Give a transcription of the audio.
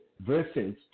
versus